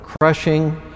crushing